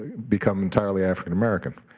become entirely african american.